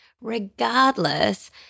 regardless